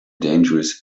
dangerous